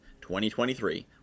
2023